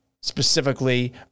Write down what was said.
specifically